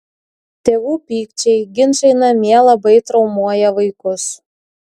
tėvų pykčiai ginčai namie labai traumuoja vaikus